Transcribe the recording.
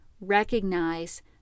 recognize